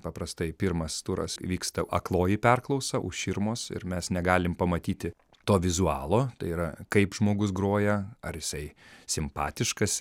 paprastai pirmas turas vyksta akloji perklausa už širmos ir mes negalim pamatyti to vizualo tai yra kaip žmogus groja ar jisai simpatiškas